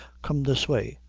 come this way.